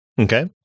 Okay